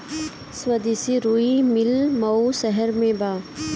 स्वदेशी रुई मिल मऊ शहर में बा